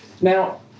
now